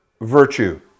virtue